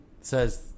says